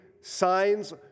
signs